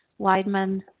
Weidman